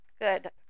Good